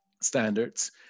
standards